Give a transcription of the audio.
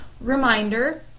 reminder